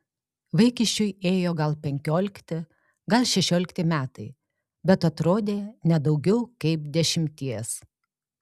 vaikiščiui ėjo gal penkiolikti gal šešiolikti metai bet atrodė ne daugiau kaip dešimties